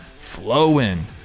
flowing